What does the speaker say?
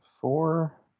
four